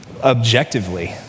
Objectively